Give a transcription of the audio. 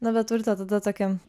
na bet urte tada tokį